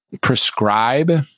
prescribe